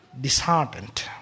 disheartened